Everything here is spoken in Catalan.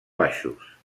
baixos